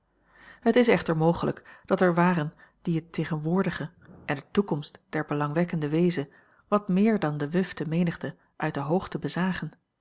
het is echter mogelijk dat er waren die het tegenwoordige en de toekomst der belangwekkende weeze wat meer dan de wufte menigte uit de hoogte bezagen